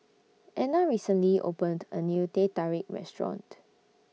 Anna recently opened A New Teh Tarik Restaurant